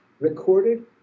recorded